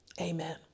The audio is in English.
Amen